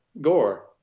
Gore